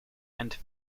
and